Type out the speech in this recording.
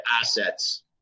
assets